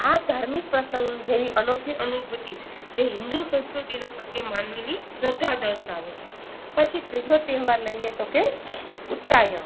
આ ધાર્મિક પ્રસંગ જેવી અનોખી અનુભૂતિ જે હિન્દુ સંસ્કૃતિ પ્રત્યે માનવીની શ્રદ્ધા દર્શાવે છે પછી ત્રીજો તહેવાર લઇએ તો કે ઉત્તરાયણ